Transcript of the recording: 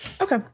Okay